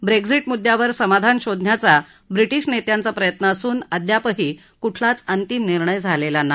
Brexit मुद्यावर समाधान शोधण्याचा ब्रिटिश नेत्यांचा प्रयत्न असून अद्यापही कुठलाच अंतिम निर्णय झालेला नाही